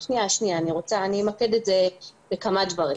אני אמקד את זה לכמה דברים.